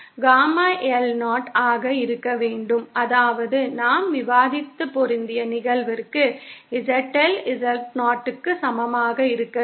gamma L 0 ஆக இருக்க வேண்டும் அதாவது நாம் விவாதித்த பொருந்திய நிகழ்விற்க்கு ZL Z0 க்கு சமமாக இருக்க வேண்டும்